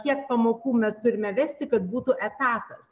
kiek pamokų mes turime vesti kad būtų etatas